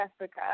Africa